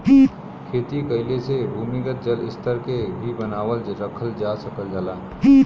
खेती कइले से भूमिगत जल स्तर के भी बनावल रखल जा सकल जाला